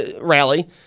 rally